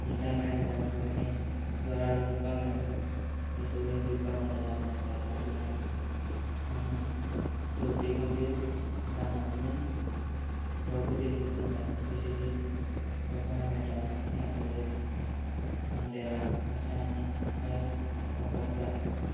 भिंडा मेळ्ळी जाल्यार आमकां तीं घरा हाडून विकपाक मेळटा हे सगळे विकपाक मेळटा जांबळां चारां चुन्नां आनी चवथी खातीर रानांतली भरपूर कितें कितें मेळटा जशें की कोकोण मेळटा खात्रे कांगडेलां अशे आनी हेर वापरतात